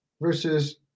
versus